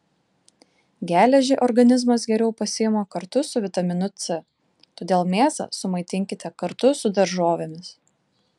geležį organizmas geriau pasiima kartu su vitaminu c todėl mėsą sumaitinkite kartu su daržovėmis